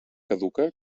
caduca